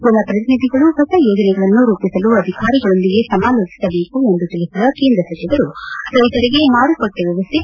ಜನಪ್ರತಿನಿಧಿಗಳೂ ಹೊಸ ಯೋಜನೆಗಳನ್ನು ರೂಪಿಸಲು ಅಧಿಕಾರಿಗಳೊಂದಿಗೆ ಸಮಾಲೋಟಿಸಬೇಕು ಎಂದು ತಿಳಿಸಿದ ಕೇಂದ್ರ ಸಚಿವರು ರೈತರಿಗೆ ಮಾರುಕಟ್ಟೆ ವ್ಯವಸ್ಥೆ